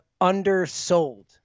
undersold